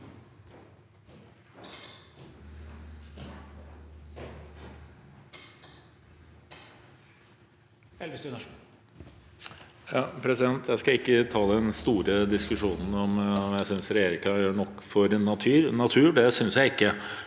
Jeg skal ikke ta den store diskusjonen om jeg synes regjeringen gjør nok for natur